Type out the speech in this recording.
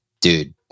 dude